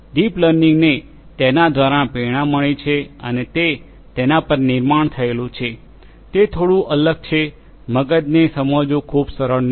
deep લર્નિંગને તેના દ્વારા પ્રેરણા મળી છે અને તે તેના પર નિર્માણ થયેલ છે તે થોડું અલગ છે મગજને સમજવું ખૂબ સરળ નથી